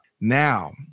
now